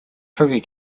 privy